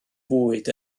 fwyd